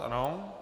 Ano.